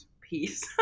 peace